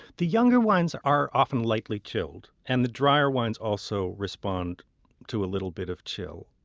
the younger wines are often lightly chilled and the drier wines also respond to a little bit of chill.